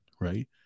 right